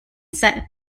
set